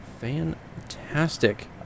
Fantastic